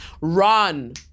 run